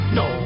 no